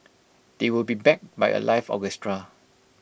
they will be backed by A live orchestra